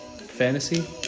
fantasy